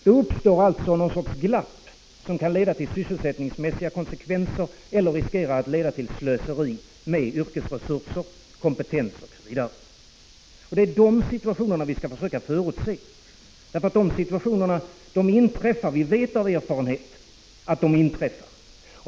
Det uppstår alltså någon sorts glapp som kan få sysselsättningsmässiga konsekvenser eller riskera att leda till slöseri med yrkesresurser och kompetens. Det är dessa situationer som vi skall försöka förutse eftersom vi av erfarenhet vet att de inträffar.